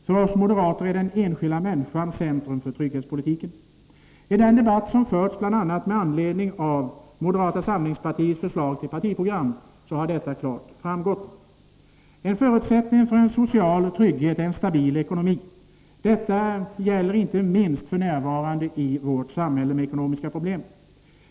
För oss moderater är den enskilda människan centrum för trygghetspolitiken. I den debatt som har förts — bl.a. med anledning av moderata samlingspartiets förslag till partiprogram — har detta klart framgått. En förutsättning för social trygghet är en stabil ekonomi. Detta gäller inte minst f. n. i vårt samhälle med dess ekonomiska problem.